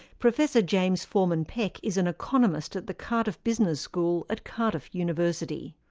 professor james foreman-peck is an economist at the cardiff business school at cardiff university.